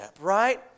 right